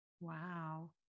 Wow